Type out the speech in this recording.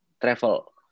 Travel